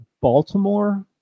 Baltimore